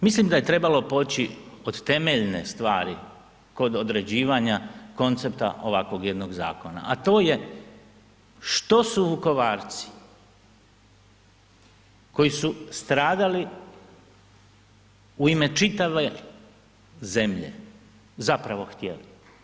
Mislim da je trebalo poći od temeljne stvari kod određivanja koncepta ovakvog jednog zakona, a to je što su Vukovarci koji su stradali u ime čitave zemlje zapravo htjeli?